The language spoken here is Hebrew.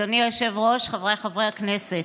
אדוני היושב-ראש, חבריי חברי הכנסת,